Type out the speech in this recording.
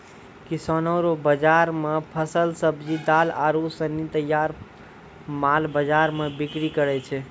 किसानो रो बाजार मे फल, सब्जी, दाल आरू सनी तैयार माल बाजार मे बिक्री करै छै